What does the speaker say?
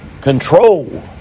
control